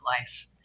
life